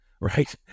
right